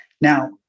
Now